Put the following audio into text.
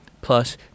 plus